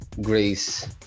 Grace